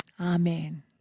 Amen